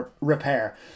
repair